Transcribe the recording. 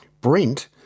Brent